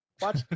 Watch